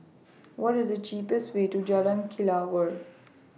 What IS The cheapest Way to Jalan Kelawar